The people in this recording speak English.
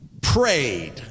prayed